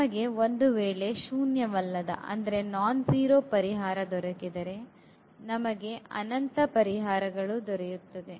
ನಮಗೆ ಒಂದು ವೇಳೆ ಶೂನ್ಯವಲ್ಲದ ಪರಿಹಾರ ದೊರಕಿದರೆ ನಮಗೆ ಅನಂತ ಪರಿಹಾರಗಳು ದೊರೆಯುತ್ತದೆ